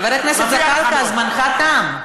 חבר הכנסת זחאלקה, זמנך תם.